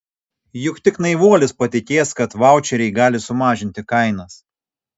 juk tik naivuolis patikės kad vaučeriai gali sumažinti kainas